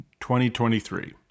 2023